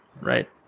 Right